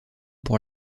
pour